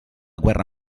guerra